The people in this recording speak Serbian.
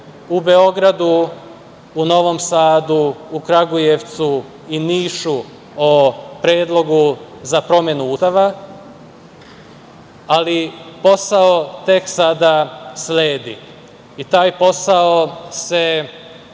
u Beogradu, u Novom Sadu, u Kragujevcu i Nišu o predlogu za promenu Ustava, ali posao tek sada sledi i taj posao se